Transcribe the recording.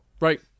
Right